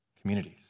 communities